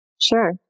Sure